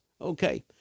Okay